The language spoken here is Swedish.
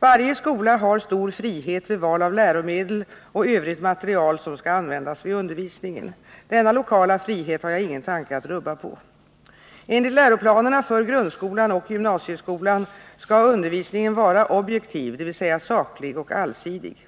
Varje skola har stor frihet vid val av läromedel och övrigt material som skall användas vid undervisningen. Denna lokala frihet har jag ingen tanke att rubba på. Enligt läroplanerna för grundskolan och gymnasieskolan skall undervisningen vara objektiv, dvs. saklig och allsidig.